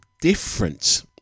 different